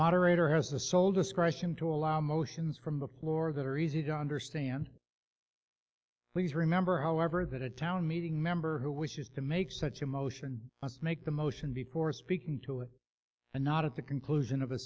moderator has the sole discretion to allow motions from the floor that are easy to understand please remember however that a town meeting member who wishes to make such a motion and make the motion before speaking to it and not at the conclusion of a